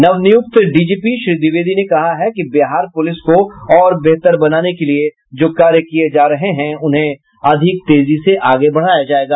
नवनियुक्ति DGP Shri Dwivedi ने कहा है कि बिहार पुलिस को और बेहतर बनाने के लिए जो कार्य किये जा रहे हैं उन्हें अधिक तेजी से आगे बढ़ाया जायेगा